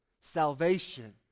Salvation